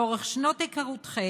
לאורך שנות היכרותכם,